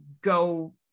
go